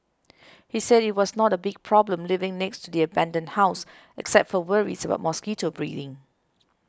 he said it was not a big problem living next to the abandoned house except for worries about mosquito breeding